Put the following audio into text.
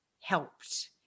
helped